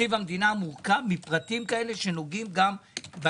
תקציב המדינה מורכב מפרטים כאלה שנוגעים גם במישרין לאנשים,